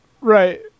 Right